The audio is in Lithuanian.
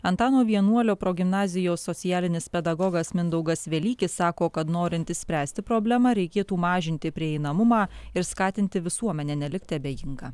antano vienuolio progimnazijos socialinis pedagogas mindaugas velykis sako kad norint išspręsti problemą reikėtų mažinti prieinamumą ir skatinti visuomenę nelikti abejinga